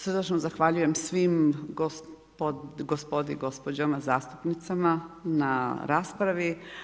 Srdačno zahvaljujem svim gospodi, gospođama zastupnicama na raspravi.